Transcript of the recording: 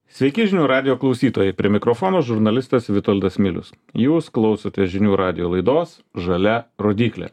sveiki žinių radijo klausytojai prie mikrofono žurnalistas vitoldas milius jūs klausotės žinių radijo laidos žalia rodyklė